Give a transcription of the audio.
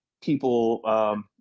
people